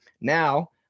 Now